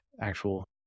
actual